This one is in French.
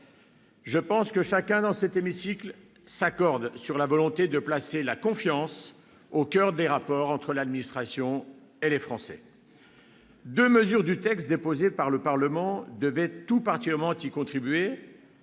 Je pense que chacun, dans cet hémicycle, s'accorde sur la volonté de placer la confiance au coeur des rapports entre l'administration et les Français. Oui ! Au sein du texte déposé devant le Parlement, deux mesures devaient tout particulièrement y contribuer